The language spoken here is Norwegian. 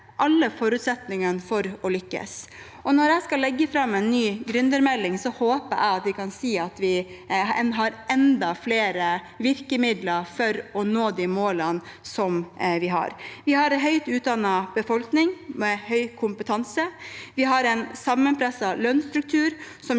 alle forutsetninger for å lykkes. Når jeg skal legge fram en ny gründermelding, håper jeg vi kan si at en har enda flere virkemidler for å nå de målene vi har. Vi har en høyt utdannet befolkning med høy kompetanse. Vi har en sammenpresset lønnsstruktur som gjør